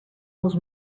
els